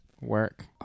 Work